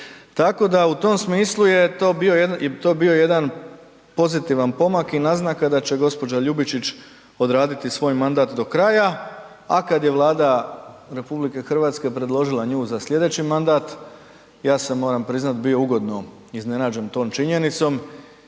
Tako da u tom smislu je to bio jedan pozitivan pomak i naznaka da će gđa. Ljubičić odraditi svoj mandat do kraja a kada je Vlada RH predložila nju za sljedeći mandat ja sam moram priznati bio ugodno iznenađen tom činjenicom